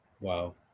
Wow